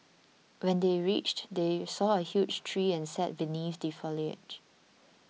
when they reached they saw a huge tree and sat beneath the foliage